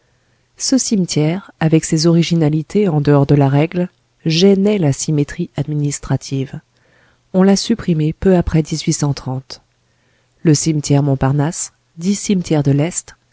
ce cimetière avec ses originalités en dehors de la règle gênait la symétrie administrative on l'a supprimé peu après le cimetière montparnasse dit cimetière de l'est